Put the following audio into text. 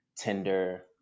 Tinder